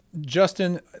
Justin